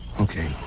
Okay